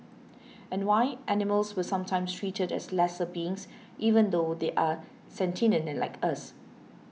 and why animals were sometimes treated as lesser beings even though they are sentient like us